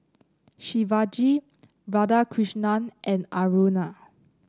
Shivaji Radhakrishnan and Aruna